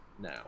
now